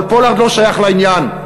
אבל פולארד לא שייך לעניין,